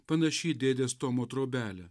panaši į dėdės tomo trobelę